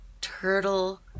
Turtle